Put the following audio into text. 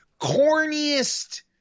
corniest